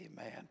amen